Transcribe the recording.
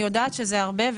אני יודעת שזה הרבה,